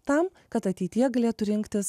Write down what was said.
tam kad ateityje galėtų rinktis